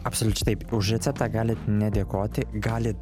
absoliučiai už receptą galit nedėkoti galit